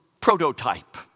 prototype